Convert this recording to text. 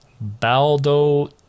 Baldo